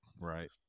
Right